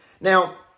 Now